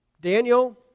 Daniel